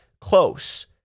close